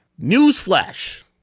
Newsflash